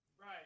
Right